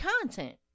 content